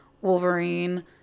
Wolverine